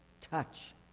touch